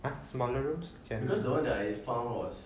ah smaller rooms